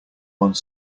one